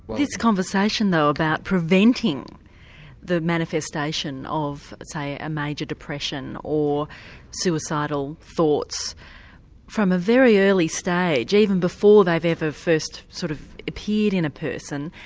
this conversation, though, about preventing the manifestation of, say, a a major depression or suicidal thoughts from a very early stage, even before they've ever first sort of appeared in a person,